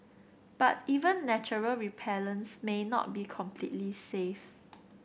but even natural repellents may not be completely safe